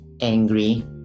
angry